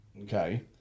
Okay